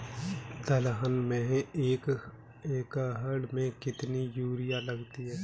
दलहन में एक एकण में कितनी यूरिया लगती है?